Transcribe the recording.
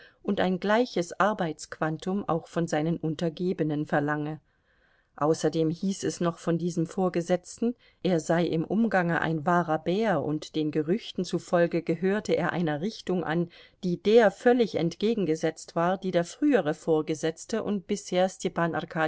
und ein gleiches arbeitsquantum auch von seinen untergebenen verlange außerdem hieß es noch von diesem vorgesetzten er sei im umgange ein wahrer bär und den gerüchten zufolge gehörte er einer richtung an die der völlig entgegengesetzt war die der frühere vorgesetzte und bisher